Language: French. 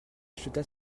acheta